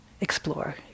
explore